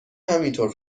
همینطور